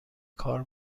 کار